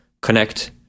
connect